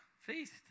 feast